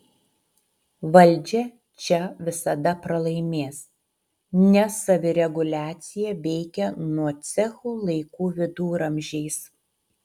valdžia čia visada pralaimės nes savireguliacija veikia nuo cechų laikų viduramžiais